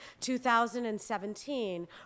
2017